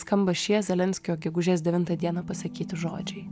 skamba šie zelenskio gegužės devintą dieną pasakyti žodžiai